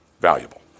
valuable